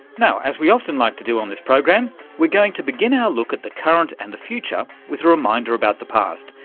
now, as we often like to do on this program we're going to begin our look at the current and the future with a reminder about the past.